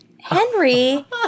Henry